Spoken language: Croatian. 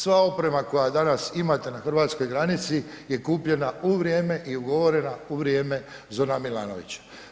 Sva oprema koja danas imate na Hrvatskoj granici je kupljena u vrijeme i ugovorena u vrijeme Zorana Milanovića.